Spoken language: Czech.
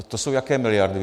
To jsou jaké miliardy?